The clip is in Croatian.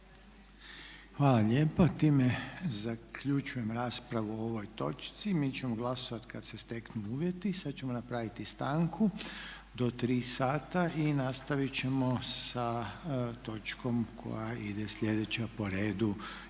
Hvala lijepa. Time zaključujem raspravu o ovoj točci. Mi ćemo glasovati kad se steknu uvjeti. Sad ćemo napraviti stanku do 15,00 sati i nastavit ćemo sa točkom koja ide sljedeća po redu